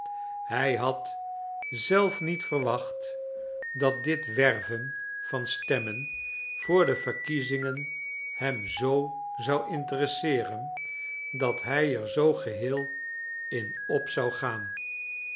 hij had zelf niet verwacht dat dit werven van stemmen voor de verkiezingen hem zoo zou interesseeren dat hij er zoo geheel in op zou gaan